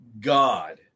God